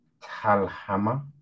Talhammer